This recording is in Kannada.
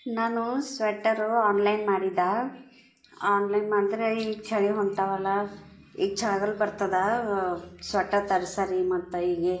ನಾನು ಸ್ವೆಟರು ಆನ್ಲೈನ್ ಮಾಡಿದೆ ಆನ್ಲೈನ್ ಮಾಡ್ದ್ರೆ ಈಗ ಚಳಿ ಹೊಂಟಾವಲ್ಲ ಈ ಚಳ್ಗಾಲ ಬರ್ತದೆ ಸ್ವೆಟರ್ ತರ್ಸರಿ ಮತ್ತು ಈಗೆ